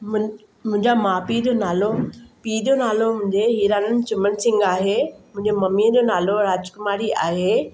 मूं मुंहिंजा माउ पीउ जा नालो पीउ जो नालो मुंहिंजे हीरानंद चिमन सिंघ आहे मुंहिंजो मम्मीअ जो नालो राजकुमारी आहे